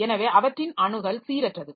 எனவே அவற்றின் அணுகல் சீரற்றது